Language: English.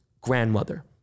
grandmother